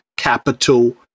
capital